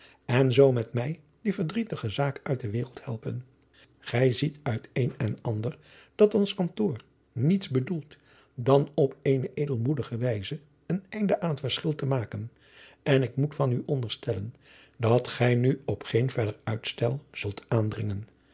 en zoo met mij die verdrietige zaak uit de wereld helpen gij ziet uit een en ander dat ons kantoor niets bedoelt dan op eene edelmoedige wijze een einde aan het verschil te maken en ik moet van u onderstellen dat gij nu op geen verder uitstel zult aandringen